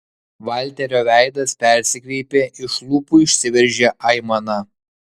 valterio veidas persikreipė iš lūpų išsiveržė aimana